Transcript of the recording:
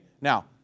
Now